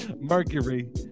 Mercury